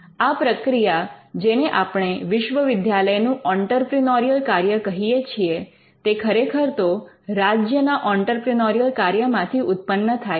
આ પ્રક્રિયા જેને આપણે વિશ્વવિદ્યાલયનું ઑંટરપ્રિનોરિયલ કાર્ય કહીએ છીએ તે ખરેખર તો રાજ્યના ઑંટરપ્રિનોરિયલ કાર્ય માંથી ઉત્પન્ન થાય છે